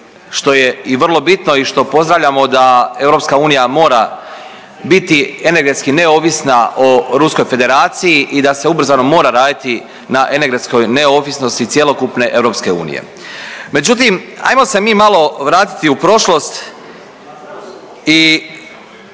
što je i vrlo bitno i što pozdravljamo da EU mora biti energetski neovisna o Ruskoj Federaciji i da se ubrzano mora raditi na energetskoj neovisnosti cjelokupne EU. Međutim, ajmo se mi malo vratiti u prošlost i